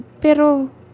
pero